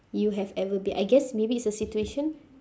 you have ever been I guess maybe is a situation